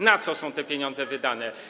Na co są te pieniądze wydane?